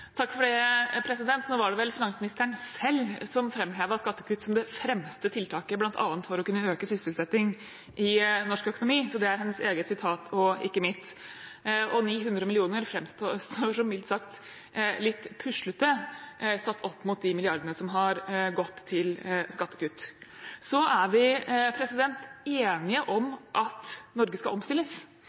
Nå var det vel finansministeren selv som framhevet skattekutt som det fremste tiltaket i norsk økonomi bl.a. for å kunne øke sysselsettingen. Det er sitat fra henne selv og ikke meg. 900 mill. kr framstår som mildt sagt litt puslete sett opp mot de milliardene som har gått til skattekutt. Så er vi enige om at Norge skal omstilles.